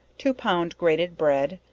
two pound grated bread,